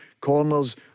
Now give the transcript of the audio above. corners